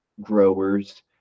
growers